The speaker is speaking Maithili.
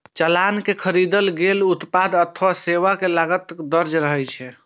चालान मे खरीदल गेल उत्पाद अथवा सेवा के लागत दर्ज रहै छै